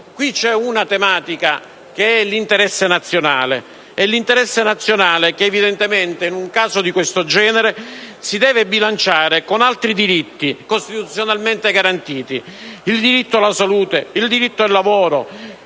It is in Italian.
punto una tematica, quella dell'interesse nazionale che, evidentemente, in un caso di questo genere si deve bilanciare con altri diritti costituzionalmente garantiti: il diritto alla salute, il diritto al lavoro,